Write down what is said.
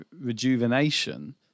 rejuvenation